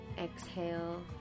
exhale